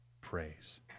praise